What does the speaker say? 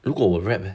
如果我 rap eh